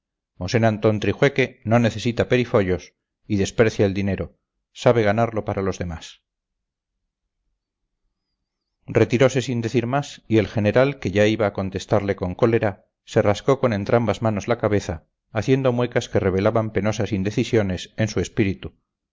uniforme mosén antón trijueque no necesita perifollos y desprecia el dinero sabe ganarlo para los demás retirose sin decir más y el general que ya iba a contestarle con cólera se rascó con entrambas manos la cabeza haciendo muecas que revelaban penosas indecisiones en su espíritu